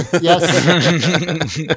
yes